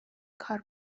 کار